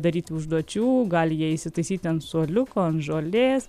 daryti užduočių gali jie įsitaisyti ant suoliuko žolės